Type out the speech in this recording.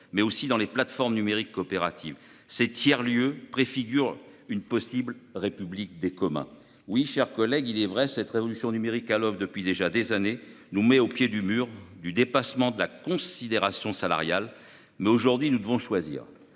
mais aussi dans les plateformes numériques coopératives. Ces tiers lieux préfigurent une possible République des communs. Oui, mes chers collègues, cette révolution numérique, à l'oeuvre depuis des années déjà, nous place au pied du mur du dépassement de la condition salariale. Mais aujourd'hui, nous devons choisir